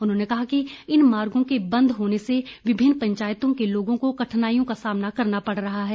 उन्होंने कहा कि इन मार्गों के बंद होने से विभिन्न पंचायतों के लोगों को कठिनाईयों का सामना करना पड़ रहा है